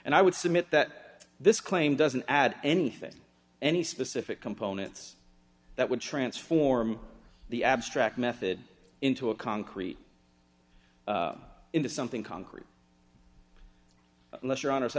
and i would submit that this claim doesn't add anything any specific components that would transform the abstract method into a concrete into something concrete let your hon